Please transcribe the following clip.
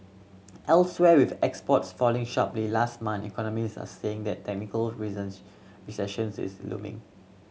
elsewhere with exports falling sharply last month economists are saying that technical recessions is looming